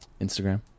instagram